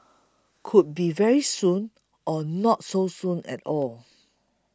could be very soon or not so soon at all